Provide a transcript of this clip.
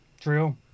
True